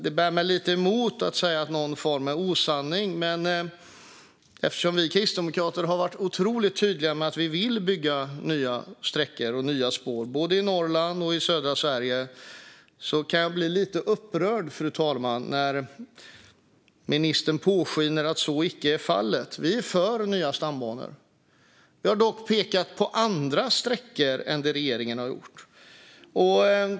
Det bär mig lite emot att säga att någon far med osanning, men eftersom vi kristdemokrater har varit otroligt tydliga med att vi vill bygga nya sträckor och nya spår både i Norrland och i södra Sverige kan jag bli lite upprörd när ministern påskiner att så icke är fallet. Vi är för nya stambanor. Vi har dock pekat på andra sträckor än regeringen.